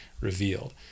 revealed